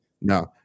No